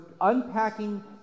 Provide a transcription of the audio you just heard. unpacking